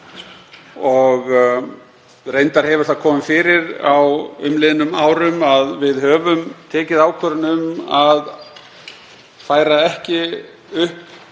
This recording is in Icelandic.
Reyndar hefur það komið fyrir á umliðnum árum að við höfum tekið ákvörðun um að færa ekki upp